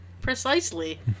Precisely